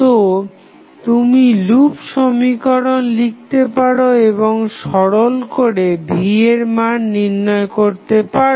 তো তুমি লুপ সমীকরণ লিখতে পারো এবং সরল করে v এর মান নির্ণয় করতে পারো